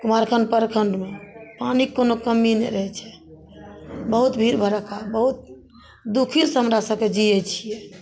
कुमारखंड प्रखण्डमे पानिके कोनो कमी नहि रहय छै बहुत भीड़ भड़क्का बहुत दुखीसँ हमरा सबके जीयै छियै